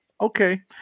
okay